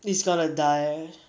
it's gonna die